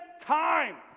time